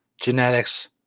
genetics